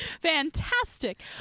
Fantastic